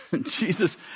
Jesus